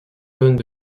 tonnes